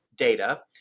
data